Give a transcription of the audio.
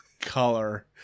color